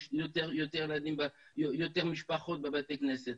יש יותר משפחות בבתי כנסת.